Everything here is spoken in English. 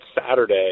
Saturday